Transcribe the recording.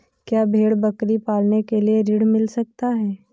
क्या भेड़ बकरी पालने के लिए ऋण मिल सकता है?